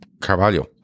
Carvalho